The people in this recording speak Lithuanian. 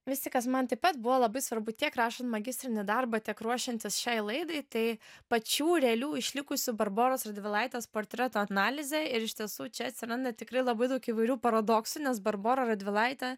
visi kas man taip pat buvo labai svarbu tiek rašant magistrinį darbą tiek ruošiantis šiai laidai tai pačių realių išlikusių barboros radvilaitės portreto analizė ir iš tiesų čia atsiranda tikrai labai daug įvairių paradoksų nes barbora radvilaitė